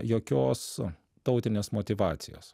jokios tautinės motyvacijos